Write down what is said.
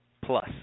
plus